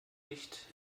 licht